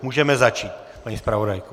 Můžeme začít, paní zpravodajko.